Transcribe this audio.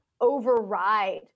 override